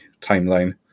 timeline